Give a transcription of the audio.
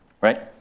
right